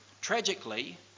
Tragically